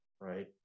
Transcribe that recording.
right